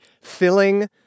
filling